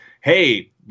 hey